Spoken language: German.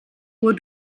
uhr